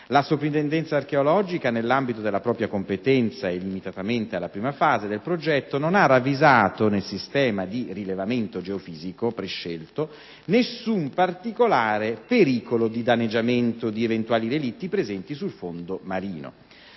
La Soprintendenza archeologica, nell'ambito della propria competenza e limitatamente alla prima fase del progetto, non ha ravvisato nel sistema di rilevamento geofisico prescelto alcun particolare pericolo di danneggiamento di eventuali relitti presenti sul fondo marino.